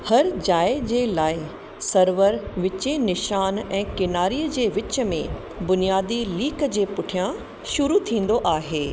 हर जाए जे लाइ सर्वर विचें निशानु ऐं किनारीअ जे विच में बुनियादी लीक जे पुठियां शुरू थींदो आहे